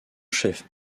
chef